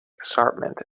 escarpment